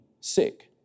sick